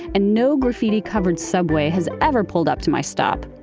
and no graffiti covered subway has ever pulled up to my stop.